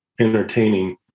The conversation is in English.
entertaining